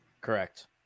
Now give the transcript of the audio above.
Correct